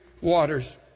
waters